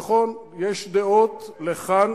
נכון, יש דעות לכאן,